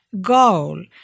goal